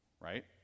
Right